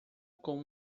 com